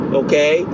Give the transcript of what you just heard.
okay